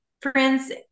friends